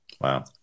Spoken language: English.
Wow